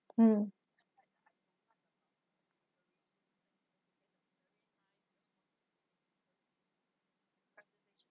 hmm